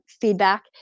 feedback